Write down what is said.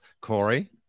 Corey